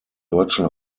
deutschen